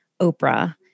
Oprah